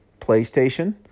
PlayStation